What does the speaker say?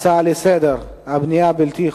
הצעה לסדר-היום מס' 2507: הבנייה הבלתי-חוקית